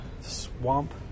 swamp